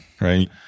right